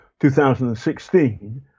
2016